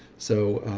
so,